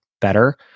better